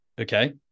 Okay